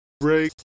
Break